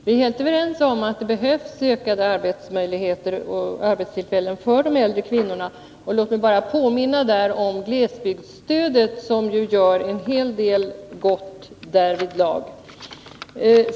Vi är helt överens om att det behövs ökade arbetsmöjligheter och fler arbetstillfällen för de äldre kvinnorna. Låt mig här bara påminna om glesbygdsstödet, som gör en hel del gott därvidlag.